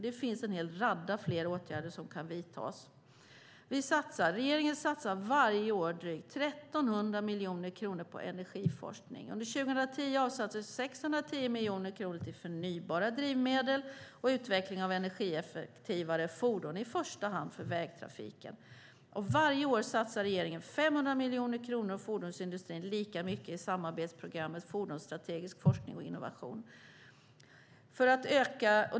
Det finns en hel radda fler åtgärder som kan vidtas. Regeringen satsar varje år drygt 1 300 miljoner kronor på energiforskning. Under 2010 avsatte vi 610 miljoner kronor till förnybara drivmedel och utveckling av energieffektivare fordon i första hand för vägtrafiken. Varje år satsar regeringen 500 miljoner kronor och fordonsindustrin lika mycket i samarbetsprogrammet Fordonsstrategisk forskning och innovation.